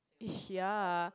ya